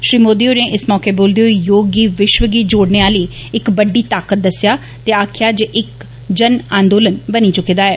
श्री मोदी होरे इस मौके बोलदे होई योग गी विश्व गी जोड़ने आली इक बड्डी ताकत दस्सेआ ते आक्खेआ जे इक जन आंदोलन बनी चुके दा ऐ